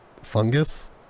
fungus